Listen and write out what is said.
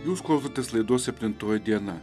jūs klausotės laidos septintoji diena